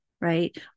right